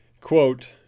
quote